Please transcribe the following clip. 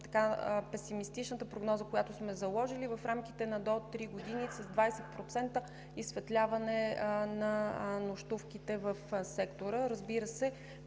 най-песимистичната прогноза, която сме заложили в рамките до три години – с 20% изсветляване на нощувките в сектора. Разбира се,